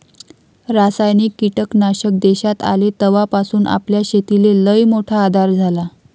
रासायनिक कीटकनाशक देशात आले तवापासून आपल्या शेतीले लईमोठा आधार झाला